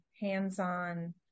hands-on